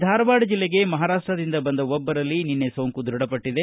ಧಾರವಾಡ ಜಿಲ್ಲೆಗೆ ಮಹಾರಾಷ್ಟದಿಂದ ಬಂದ ಒಬ್ಬರಲ್ಲಿ ನಿನ್ನೆ ಸೋಂಕು ದೃಢಪಟ್ಟದೆ